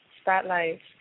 Spotlights